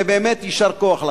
ובאמת יישר כוח לכם.